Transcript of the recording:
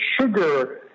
sugar